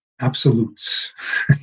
absolutes